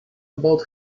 about